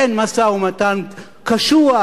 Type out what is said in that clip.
אין משא-ומתן קשוח,